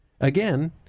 again